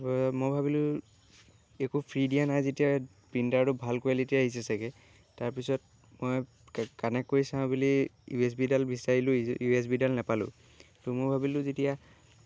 তাৰ পৰা মই ভাবিলোঁ একো ফ্ৰী দিয়া নাই যেতিয়া প্ৰিণ্টাৰটো ভাল কোৱালিটীৰ আহিছে চাগে তাৰ পিছত মই কানেক্ট কৰি চাওঁ বুলি ইউএছবিডাল বিচাৰিলোঁ ইউএছবিডাল নাপালোঁ তো মই ভাবিলোঁ যেতিয়া